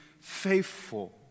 faithful